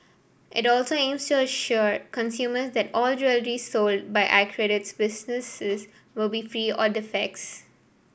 it also aims to assure consumers that all jewellery sold by accredited businesses will be free or defects